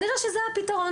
כנראה שזה הפיתרון.